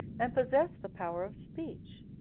and possessed the power of speech,